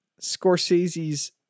Scorsese's